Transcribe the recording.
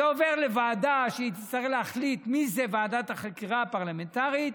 זה עובר לוועדה שתצטרך להחליט מי ועדת החקירה הפרלמנטרית,